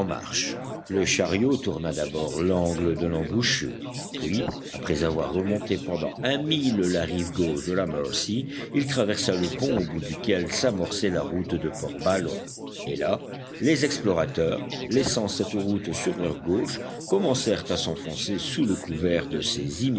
marche le chariot tourna d'abord l'angle de l'embouchure puis après avoir remonté pendant un mille la rive gauche de la mercy il traversa le pont au bout duquel s'amorçait la route de portballon et là les explorateurs laissant cette route sur leur gauche commencèrent à s'enfoncer sous le couvert de ces